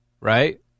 right